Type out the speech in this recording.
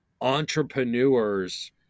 entrepreneurs